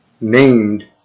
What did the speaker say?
named